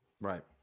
Right